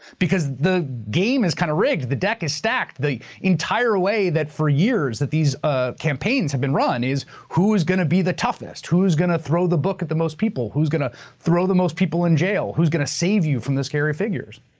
because the game is kind of rigged. the deck is stacked. the entire way that for years, that these ah campaigns have been run is who is gonna be the toughest, who is gonna throw the book at the most people, who is gonna throw the most people in jail, who is gonna save you from the scary figures?